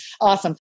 Awesome